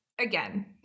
again